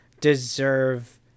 deserve